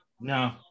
No